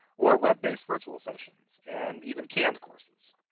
or web-based virtual session and even canned courses.